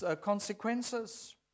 consequences